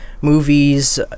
movies